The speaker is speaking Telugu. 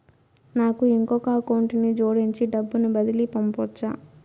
నాకు ఇంకొక అకౌంట్ ని జోడించి డబ్బును బదిలీ పంపొచ్చా?